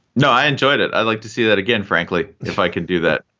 no, i enjoyed it. i'd like to see that again, frankly. if i can do that,